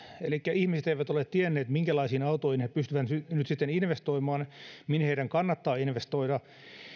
elikkä ihmiset eivät ole tienneet minkälaisiin autoihin he pystyvät nyt sitten investoimaan ja mihin heidän kannattaa investoida